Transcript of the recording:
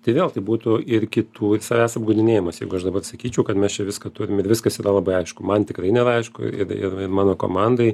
tai vėl tai būtų ir kitų ir savęs apgaudinėjimas jeigu aš dabar sakyčiau kad mes čia viską turim ir viskas yra labai aišku man tikrai nėra aišku ir ir ir mano komandai